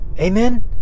Amen